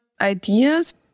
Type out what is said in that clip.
ideas